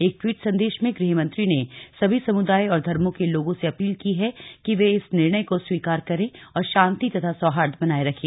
एक ट्वीट संदेश में गृहमंत्री ने सभी समुदाय और धर्मो के लोगों से अपील की है कि वे इस निर्णय को स्वीकार करें और शांति तथा सौहार्द बनाये रखें